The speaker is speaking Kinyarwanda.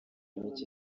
mike